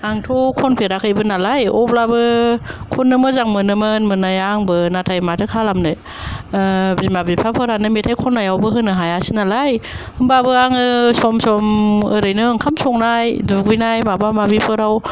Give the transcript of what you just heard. आंथ' खनफेराखैबो नालाय अब्लाबो खननो मोजां मोनोमोन मोननाया आंबो नाथाय माथो खालामनो ओ बिमा बिफाफोरानो मेथाइ खननायावबो होनो हायासै नालाय हमोब्लाबो आङो सम सम ओरैनो ओंखाम संनाय दुगैनाय माबा माबिफोराव